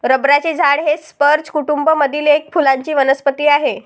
रबराचे झाड हे स्पर्ज कुटूंब मधील एक फुलांची वनस्पती आहे